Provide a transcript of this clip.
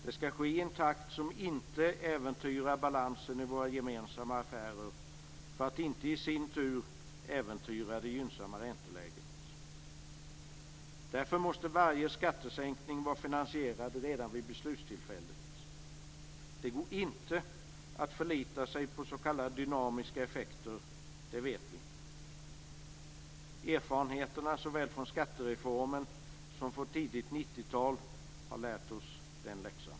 Det skall ske i en takt som inte äventyrar balansen i våra gemensamma affärer, för att den i sin tur inte skall äventyra det gynnsamma ränteläget. Därför måste varje skattesänkning vara finansierad redan vid beslutstillfället. Det går inte att förlita sig på s.k. dynamiska effekter - det vet vi. Erfarenheterna såväl från skattereformen som från tidigt 90-tal har lärt oss den läxan.